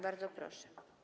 Bardzo proszę.